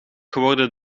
geworden